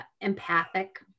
empathic